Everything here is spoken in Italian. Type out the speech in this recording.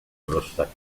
grossa